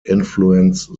influence